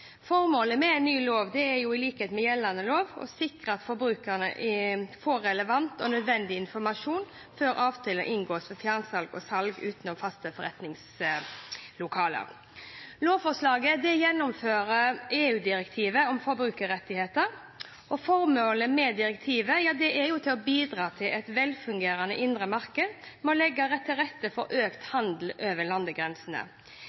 Formålet med en ny lov er i likhet med gjeldende lov å sikre at forbrukerne får relevant og nødvendig informasjon før avtale inngås ved fjernsalg og salg utenom faste forretningslokaler. Lovforslaget gjennomfører EU-direktivet om forbrukerrettigheter. Formålet med direktivet er å bidra til et velfungerende indre marked, ved å legge til rette for økt